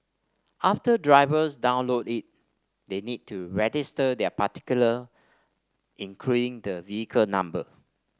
after drivers download it they need to register their particular including the vehicle number